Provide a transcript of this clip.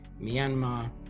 Myanmar